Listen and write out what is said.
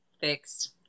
fixed